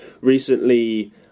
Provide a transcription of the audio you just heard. recently